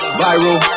viral